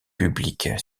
publique